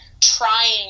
trying